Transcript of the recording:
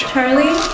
Charlie